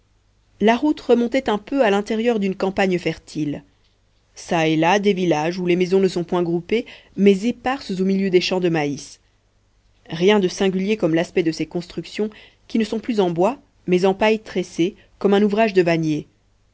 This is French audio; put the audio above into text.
la route remontait un peu à l'intérieur d'une campagne fertile çà et là des villages où les maisons ne sont point groupées mais éparses au milieu des champs de maïs rien de singulier comme l'aspect de ces constructions qui ne sont plus en bois mais en paille tressée comme un ouvrage de vannier